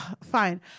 fine